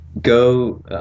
go